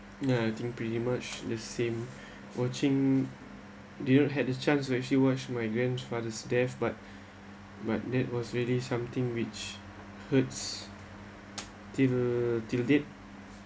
ya I think pretty much the same watching do you had a chance to actually watched my grandfather's death but but that was really something which hurts till till date